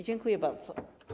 Dziękuję bardzo.